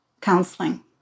counseling